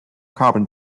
carbon